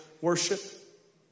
worship